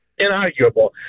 inarguable